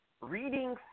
reading